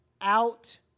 out